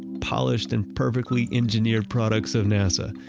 polished and perfectly engineered products of nasa.